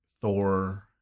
Thor